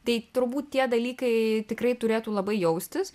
tai turbūt tie dalykai tikrai turėtų labai jaustis